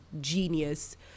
genius